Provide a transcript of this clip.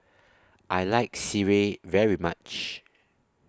I like Sireh very much